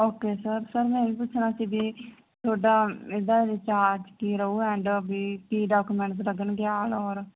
okay sir ਮੈਂ ਇਹੀ ਪੁਛਣਾ ਸੀ ਵੀ ਡਾਕੂਮੈਂਟਸ ਲੱਗਣਗੇ ਹੋਰ